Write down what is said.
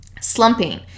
slumping